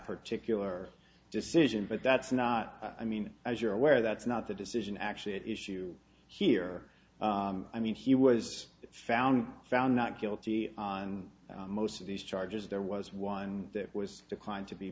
particular decision but that's not i mean as you're aware that's not the decision actually it issue here i mean he was found found not guilty on most of these charges there was one that was declined to be